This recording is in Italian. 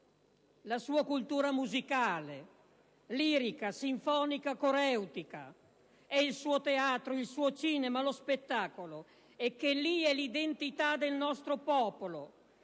(la sua cultura musicale, lirica, sinfonica, coreutica), è il suo teatro, il suo cinema, lo spettacolo e che lì è l'identità del nostro popolo